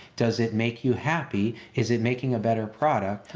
does it make you happy? is it making a better product?